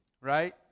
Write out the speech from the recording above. right